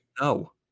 No